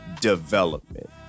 development